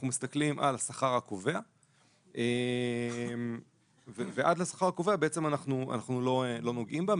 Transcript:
אנחנו מסתכלים על השכר הקובע ועד לשכר הקובע אנחנו לא נוגעים בה.